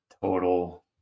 total